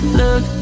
look